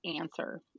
answer